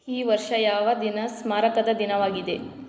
ಈ ವರ್ಷ ಯಾವ ದಿನ ಸ್ಮಾರಕದ ದಿನವಾಗಿದೆ